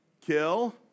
kill